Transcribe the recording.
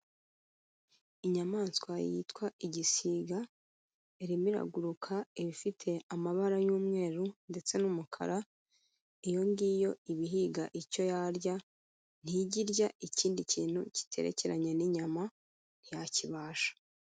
Inyamaswa yitwa igisiga irimo iraguruka, iba ifite amabara y'umweru ndetse n'umukara, iyo ngiyo iba ihiga icyo yarya, ntijya irya ikindi kintu kiterekeranye n'inyama ntiyakibasha.